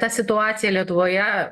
ta situacija lietuvoje